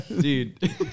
Dude